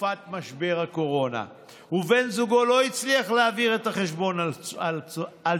בתקופת משבר הקורונה ובן זוגו לא הצליח להעביר את החשבון על שמו.